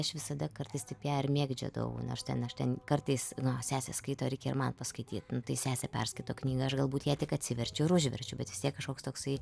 aš visada kartais taip ją ir mėgdžiodavau nors ten aš ten kartais na sesė skaito ir man paskaityt tai sesė perskaito knygą aš galbūt ją tik atsiverčiu ir užverčiu bet vis tiek kažkoks toksai